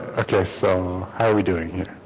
okay so how are we doing here